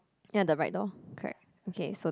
ya the right door correct okay so the